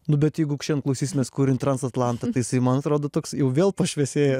nu bet jeigu šiandien klausysimės kūrinį transatlantą tai jisai man atrodo toks jau vėl pašviesėjęs